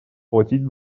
платить